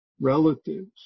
relatives